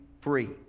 free